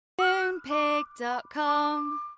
Moonpig.com